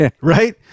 Right